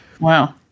Wow